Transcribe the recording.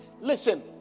Listen